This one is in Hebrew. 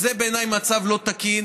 בעיניי זה מצב לא תקין.